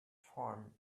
farm